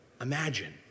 Imagine